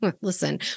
listen